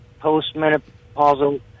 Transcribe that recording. post-menopausal